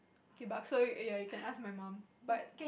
kay bakso ya you can ask my mum but